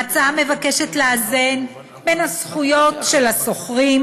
ההצעה מבקשת לאזן בין הזכויות של השוכרים,